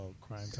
crime